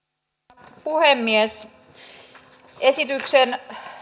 arvoisa herra puhemies esityksen